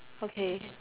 okay